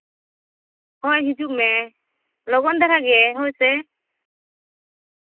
ᱦᱳᱭ ᱦᱤᱡᱩᱜ ᱢᱮ ᱞᱚᱜᱚᱱ ᱫᱷᱟᱨᱟ ᱜᱮ ᱦᱳᱭᱥᱮ